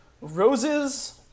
Roses